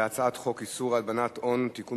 על הצעת חוק איסור הלבנת הון (תיקון